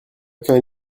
aucun